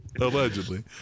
allegedly